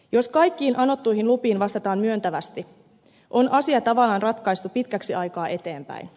jos kaikkiin anottuihin lupiin vastataan myöntävästi on asia tavallaan ratkaistu pitkäksi aikaa eteenpäin